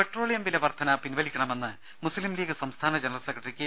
petroleum വില വർധന പിൻവലിക്കണമെന്ന് മുസ്ലിം ലീഗ് സംസ്ഥാന ജനറൽ സെക്രട്ടറി കെ